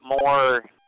more